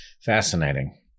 Fascinating